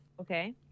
Okay